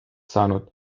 saanud